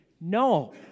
No